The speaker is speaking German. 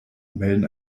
melden